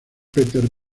peter